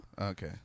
Okay